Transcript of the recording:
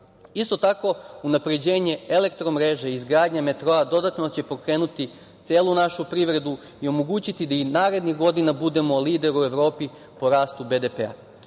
Isto tako, unapređenje elektromreže i izgradnja metroa dodatno će pokrenuti celu našu privredu i omogućiti da i narednih godina budemo lider u Evropi po rastu